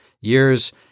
years